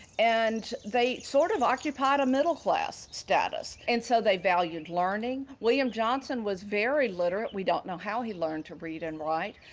and they sort of occupied a middle class status, and so they valued learning. william johnson was very literate. we don't know how he learned to read and write,